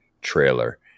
trailer